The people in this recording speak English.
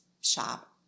shop